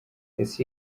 ese